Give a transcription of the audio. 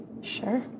Sure